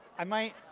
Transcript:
i might,